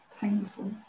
painful